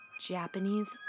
Japanese